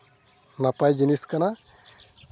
ᱱᱟᱯᱟᱭ ᱡᱤᱱᱤᱥ ᱠᱟᱱᱟ